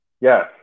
Yes